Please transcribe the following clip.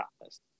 office